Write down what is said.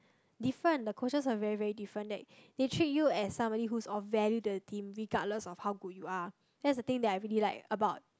different the coaches are very very different that they treat you as somebody who is on very into the team regardless on how good you are that's the thing that I really like about